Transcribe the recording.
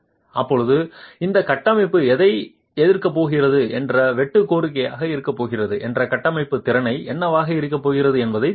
அப்போது அந்த கட்டமைப்பு எதை எதிர்க்கப்போகிறது என்ற வெட்டு கோரிக்கையாக இருக்கப்போகிறது என்ற கட்டமைப்பு திறன் என்னவாக இருக்கப்போகிறது என்பதை தீர்மானிக்கும்